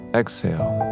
exhale